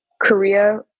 korea